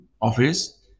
office